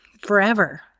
forever